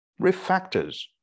refactors